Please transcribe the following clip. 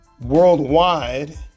worldwide